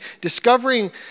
discovering